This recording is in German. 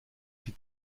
die